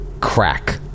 crack